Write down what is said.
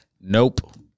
nope